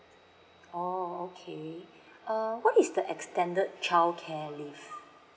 oh okay uh what is the extended childcare leave